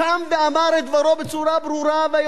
ויוצא חוצץ נגד אמירה כזו,